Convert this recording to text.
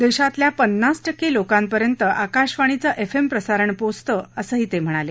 देशातल्या पन्नास टक्के लोकांपर्यंत आकाशवाणीचं एफ एम प्रसारण पोचतं असं ते म्हणाले